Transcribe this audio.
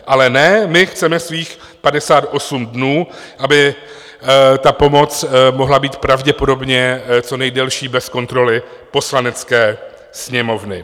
Ale ne, my chceme svých 58 dnů, aby ta pomoc mohla být pravděpodobně co nejdelší bez kontroly Poslanecké sněmovny.